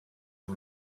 you